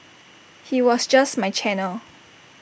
he was just my channel